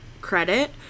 credit